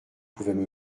pouvaient